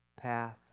path